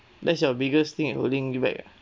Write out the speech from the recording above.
that's your biggest thing that holding you back